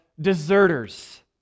deserters